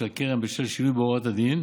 של הקרן בשל שינוי בהוראות הדין,